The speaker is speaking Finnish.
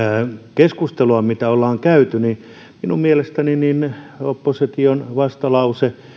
keskustelua mitä ollaan käyty minun mielestäni opposition vastalausetta